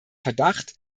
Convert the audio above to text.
verdacht